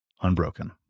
unbroken